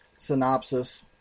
synopsis